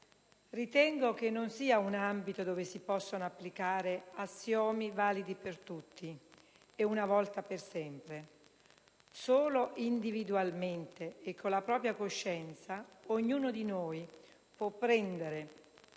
Ritengo che non sia un ambito dove si possano applicare assiomi validi per tutti e una volta per sempre. Solo individualmente e con la propria coscienza ognuno di noi può prendere